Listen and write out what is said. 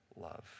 love